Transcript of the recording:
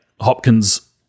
Hopkins